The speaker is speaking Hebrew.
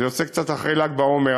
זה יוצא קצת אחרי ל"ג בעומר,